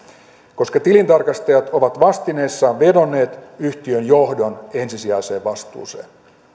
koska tilintarkastajat ovat vastineessaan vedonneet yhtiön johdon ensisijaiseen vastuuseen